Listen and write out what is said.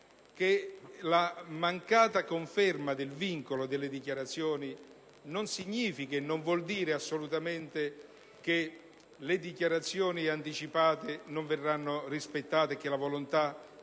la mancata conferma del vincolo delle dichiarazioni non vuol dire assolutamente che le dichiarazioni anticipate non verranno rispettate, che la volontà